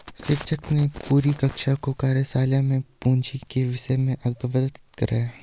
शिक्षक ने पूरी कक्षा को कार्यशाला पूंजी के विषय से अवगत कराया